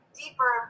deeper